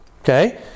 okay